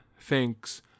thanks